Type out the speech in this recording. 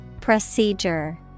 Procedure